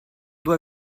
doit